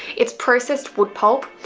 it's processed wood pulp.